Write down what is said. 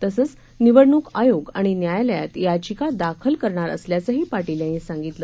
तसंचनिवडणूकआयोगआणिन्यायालयातयाचिकादाखलकरणारअसल्याचंहीपाटीलयांनीसांगितलं